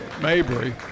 Mabry